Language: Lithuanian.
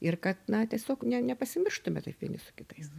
ir kad na tiesiog ne nepasimirštume taip vieni su kitais